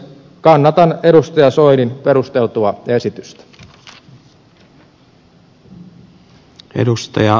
kannatan edustaja soinin perusteltua esitystä